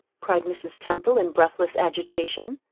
cried mrs. temple, in breathless agitation.